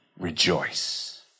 rejoice